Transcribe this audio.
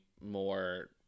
more